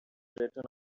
written